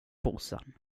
brorsan